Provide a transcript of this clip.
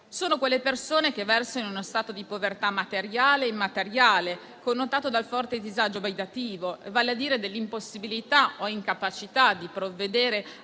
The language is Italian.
Sono quelle persone che versano in uno stato di povertà materiale e immateriale connotato dal forte disagio abitativo, vale a dire dall'impossibilità o incapacità di provvedere